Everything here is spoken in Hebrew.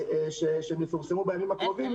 שיפורסמו בימים הקרובים,